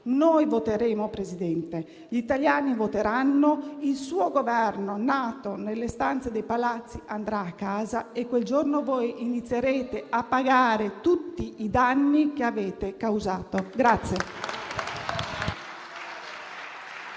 Presidente Conte, gli italiani voteranno e il suo Governo, nato nelle stanze dei palazzi, andrà a casa. E quel giorno voi inizierete a pagare tutti i danni che avete causato.